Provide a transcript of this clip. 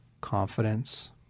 confidence